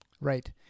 Right